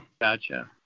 Gotcha